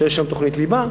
שאין שם תוכנית ליבה,